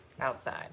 outside